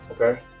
Okay